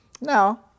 Now